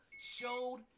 showed